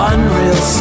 Unreal